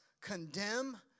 condemn